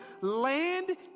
land